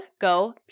Go